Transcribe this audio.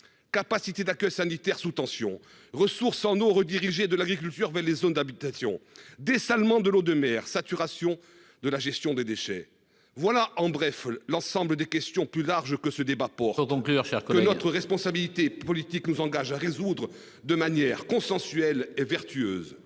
Capacité d'accueil sanitaire sous tension, ressources en eau rediriger de l'agriculture vers les zones d'habitation dessalement de l'eau de mer saturation de la gestion des déchets. Voilà. En bref, l'ensemble des questions plus larges que ce débat pour donc leur faire que notre responsabilité politique nous engage à résoudre de manière consensuelle et vertueuse.